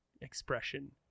expression